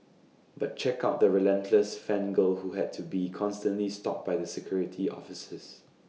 but check out the relentless fan girl who had to be constantly stopped by the security officers